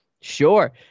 sure